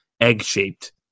egg-shaped